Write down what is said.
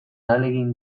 ahalegin